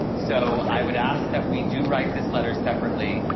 so i would ask that we do write this letter separately,